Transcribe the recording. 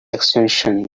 extension